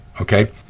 Okay